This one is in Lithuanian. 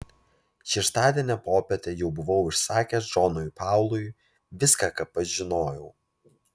šeštadienio popietę jau buvau išsakęs džonui paului viską ką pats žinojau